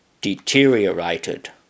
deteriorated